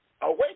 away